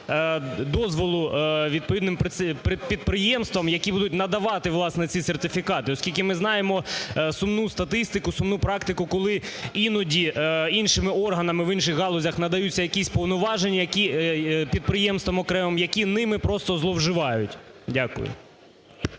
дозволу відповідним підприємствам, які будуть надавати, власне, ці сертифікати? Оскільки ми знаємо сумну статистику, сумну практику, коли іноді іншими органами, в інших галузях надаються якісь повноваження підприємствам окремим, які ними просто зловживають. Дякую.